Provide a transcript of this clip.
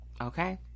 Okay